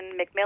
McMillan